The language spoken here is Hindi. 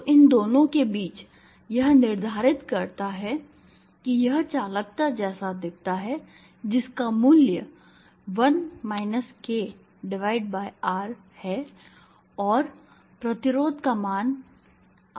तो इन दोनों के बीच यह निर्धारित करता है कि यह चालकता जैसा दिखता है जिसका मूल्य 1 kRहै और प्रतिरोध का मान R1 k है